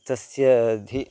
तस्य धनं